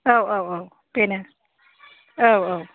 औ औ औ बेनो औ औ